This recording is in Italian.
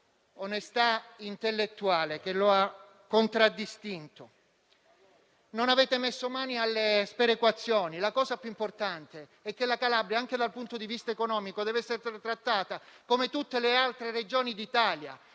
l'onestà intellettuale che lo ha contraddistinto. Non avete messo mano alle sperequazioni. La cosa più importante è che la Calabria, anche dal punto di vista economico, dev'essere trattata come tutte le altre Regioni d'Italia